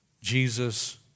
Jesus